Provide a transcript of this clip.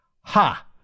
Ha